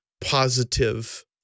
positive